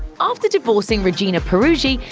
after divorcing regina peruggi,